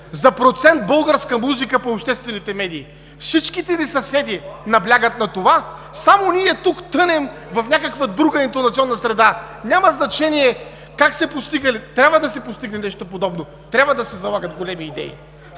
за процент българска музика по обществените медии. Всичките ни съседи наблягат на това само ние тук тънем в някаква друга интонационна среда. Няма значение как са я постигали – трябва да се постигне нещо подобно, трябва да се залагат големи идеи.